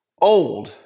old